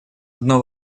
одно